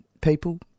people